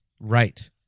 Right